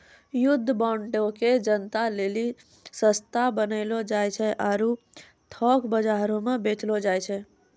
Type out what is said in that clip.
युद्ध बांडो के जनता लेली सस्ता बनैलो जाय छै आरु थोक बजारो मे बेचलो जाय छै